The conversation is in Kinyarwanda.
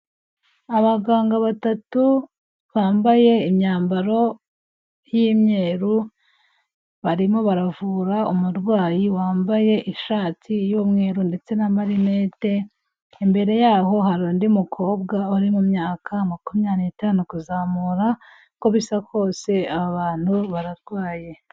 Abaganga batatu bambaye imyambaro y'imyeru, barimo baravura umurwayi wambaye ishati y'umweru ndetse n'amarinete, imbere yaho hari undi mukobwa uri mu myaka makumyabiri n'itanu kuzamura, uko bisa kose aba bantu bararwaye.